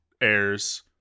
airs